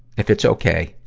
if it's okay,